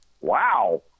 Wow